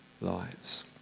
lives